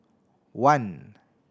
one